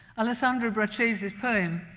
alessandro braccesi's poem,